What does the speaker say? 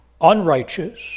unrighteous